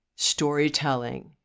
storytelling